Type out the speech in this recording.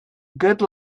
good